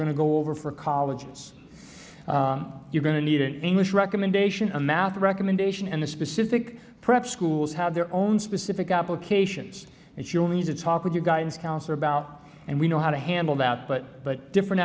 going to go over for colleges you're going to need an english recommendation a math recommendation and the specific prep schools have their own specific applications that you'll need to talk with your guidance counselor about and we know how to handle that but but different